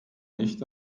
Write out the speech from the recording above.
nicht